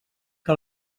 que